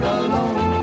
alone